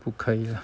不可以啦